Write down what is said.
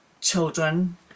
children